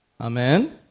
Amen